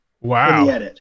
Wow